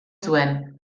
zuen